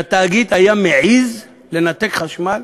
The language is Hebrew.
שהתאגיד היה מעז לנתק חשמל,